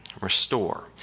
Restore